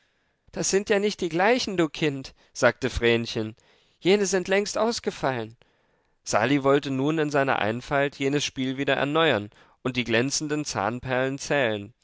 das sind ja nicht die gleichen du kind sagte vrenchen jene sind längst ausgefallen sali wollte nun in seiner einfalt jenes spiel wieder erneuern und die glänzenden zahnperlen zählen